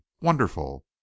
Wonderful